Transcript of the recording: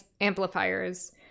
amplifiers